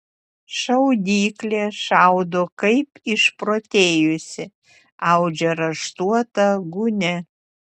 šaudyklė šaudo kaip išprotėjusi audžia raštuotą gūnią